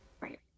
Right